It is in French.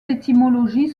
étymologies